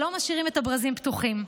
לא משאירים את הברזים פתוחים.